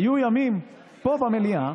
היו ימים פה במליאה